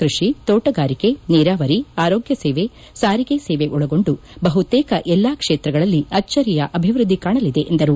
ಕೃಷಿ ತೋಟಗಾರಿಕೆ ನೀರಾವರಿ ಆರೋಗ್ಯ ಸೇವೆ ಸಾರಿಗೆ ಸೇವೆ ಒಳಗೊಂಡು ಬಹುತೇಕ ಎಲ್ಲಾ ಕ್ಷೇತ್ರಗಳಲ್ಲಿ ಅಜ್ವರಿಯ ಅಭಿವೃದ್ಧಿ ಕಾಣಲಿದೆ ಎಂದರು